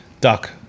Duck